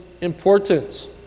importance